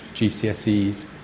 GCSEs